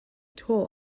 toll